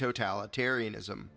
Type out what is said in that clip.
totalitarianism